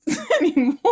anymore